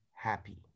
happy